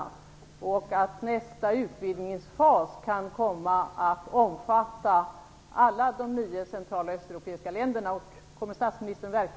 Kommer statsministern att verka för att nästa utvidgningsfas kan komma att omfatta alla de nio central och östeuropeiska länderna?